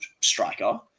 striker